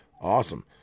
awesome